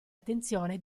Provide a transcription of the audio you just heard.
attenzione